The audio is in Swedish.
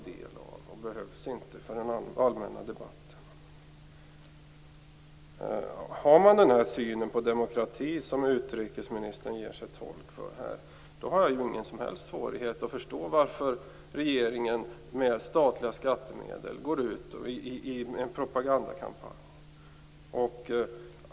Den behövs inte för den allmänna debatten. Om man har den synen på demokrati som utrikesministern gör sig till tolk för, dvs. anser att en öppen debatt med flera åsikter är helt onödig, har jag ingen som helst svårighet att förstå varför regeringen med statliga skattemedel går ut med en propagandakampanj.